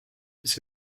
siis